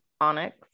onyx